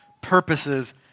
purposes